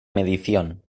medición